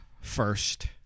first